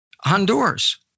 Honduras